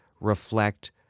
reflect